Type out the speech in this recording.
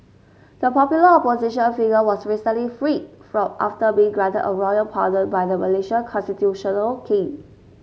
the popular opposition figure was recently freed fraud after being granted a royal pardon by the Malaysian constitutional king